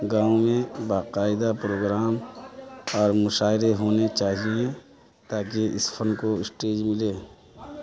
گاؤں میں باقاعدہ پروگرام اور مشاعرے ہونے چاہیے تاکہ اس فن کو اسٹیج ملے